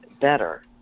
better